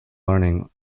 learning